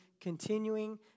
Continuing